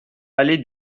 allée